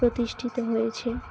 প্রতিষ্ঠিত হয়েছে